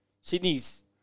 Sydney's